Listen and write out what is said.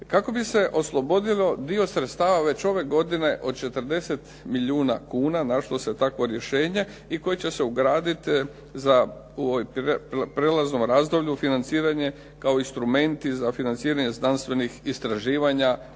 Kako bi se oslobodio dio sredstava već ove godine od 40 milijuna kuna našlo se takvo rješenje i koje će se ugraditi u ovom prijelaznom razdoblju financiranje kao instrumenti za financiranje znanstvenih istraživanja